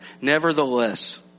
nevertheless